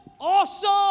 awesome